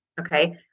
Okay